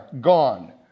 gone